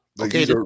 okay